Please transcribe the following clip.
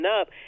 up